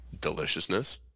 Deliciousness